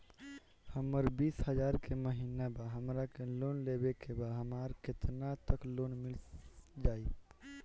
हमर बिस हजार के महिना बा हमरा के लोन लेबे के बा हमरा केतना तक लोन मिल जाई?